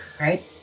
Right